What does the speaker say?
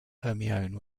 hermione